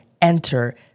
enter